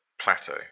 Plateau